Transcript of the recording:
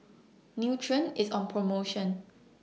Nutren IS on promotion